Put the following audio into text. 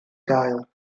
gael